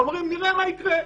אומרים: "נראה מה יקרה",